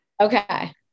Okay